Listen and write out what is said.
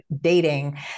dating